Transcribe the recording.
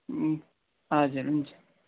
हजुर हुन्छ